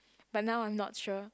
but now I'm not sure